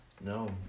no